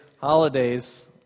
holidays